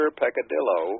peccadillo